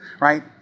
Right